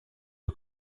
aux